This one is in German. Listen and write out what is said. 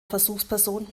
versuchsperson